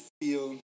feel